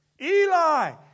Eli